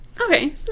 Okay